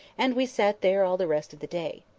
and we sat there all the rest of the day.